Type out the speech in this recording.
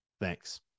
Thanks